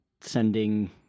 sending